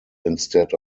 instead